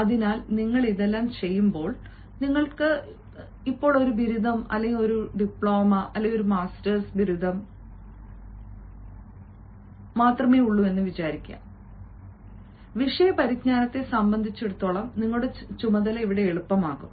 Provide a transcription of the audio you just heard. അതിനാൽ നിങ്ങൾ ഇതെല്ലാം ചെയ്യുമ്പോൾ നിങ്ങൾക്ക് ഒരു ബിരുദം ഡിപ്ലോമ മാസ്റ്റേഴ്സ് എന്തും അറിയാമെന്നതിനാൽ വിഷയ പരിജ്ഞാനത്തെ സംബന്ധിച്ചിടത്തോളം നിങ്ങളുടെ ചുമതല എളുപ്പമാകും